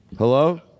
Hello